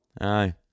Aye